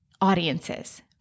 audiences